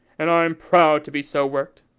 and i'm proud to be so worked.